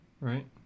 right